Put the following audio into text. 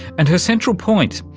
and her central point,